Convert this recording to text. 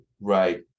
right